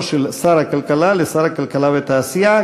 של שר הכלכלה לשר הכלכלה והתעשייה.